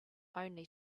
only